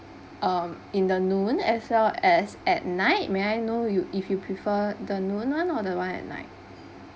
um in the noon as well as at night may I know you if you prefer the noon one or the one at night